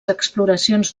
exploracions